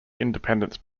independence